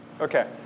Okay